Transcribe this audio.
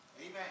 amen